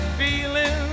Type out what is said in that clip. feeling